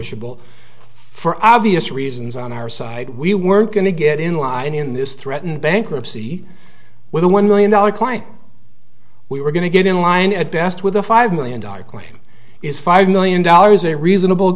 negotiable for obvious reasons on our side we were going to get in line in this threaten bankruptcy with a one million dollars client we were going to get in line at best with a five million dollars claim is five million dollars a reasonable